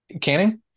Canning